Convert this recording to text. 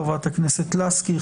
חברת הכנסת לסקי,